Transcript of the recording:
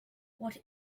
what